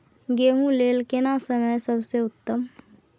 गेहूँ लेल केना समय सबसे उत्तम?